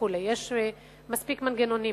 יש מספיק מנגנונים.